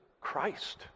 Christ